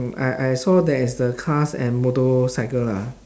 mm I I saw there is the cars and motorcycle lah